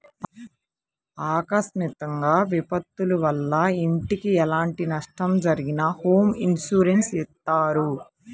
అకస్మాత్తుగా విపత్తుల వల్ల ఇంటికి ఎలాంటి నష్టం జరిగినా హోమ్ ఇన్సూరెన్స్ ఇత్తారు